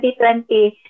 2020